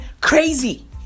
crazy